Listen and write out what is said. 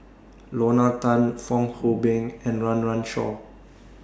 Lorna Tan Fong Hoe Beng and Run Run Shaw